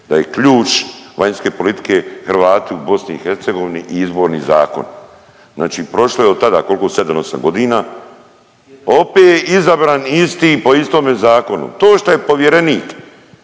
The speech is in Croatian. da je ključ vanjske politike Hrvati u BiH i Izborni zakon, znači prošlo je od tada, kolko, 7-8.g., opet je izabran isti po istome zakonu. To šta je povjerenik